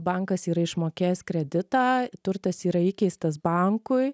bankas yra išmokėjęs kreditą turtas yra įkeistas bankui